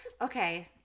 Okay